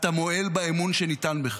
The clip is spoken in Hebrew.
אתה מועל באמון שניתן לך.